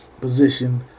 position